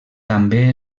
també